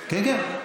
כן, כן.